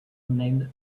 named